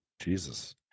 Jesus